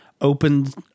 opened